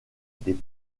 des